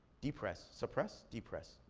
depressed, suppressed? depressed,